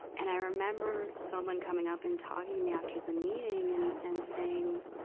and i remember someone coming up and talking to me after the meeting and, and saying,